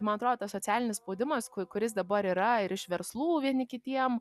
man atrodo tas socialinis spaudimas kuris dabar yra ir iš verslų vieni kitiem